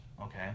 okay